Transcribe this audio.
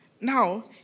Now